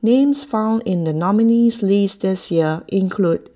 names found in the nominees' list this year include